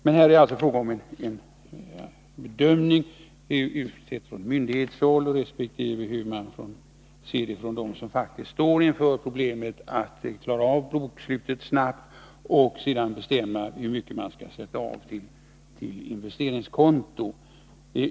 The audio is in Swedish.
Men här är det alltså fråga om bedömningar, från myndighetshåll resp. från dem som faktiskt står inför problemet att klara av bokslutet snabbt och sedan bestämma hur mycket som skall sättas av till investeringskontot.